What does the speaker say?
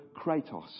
kratos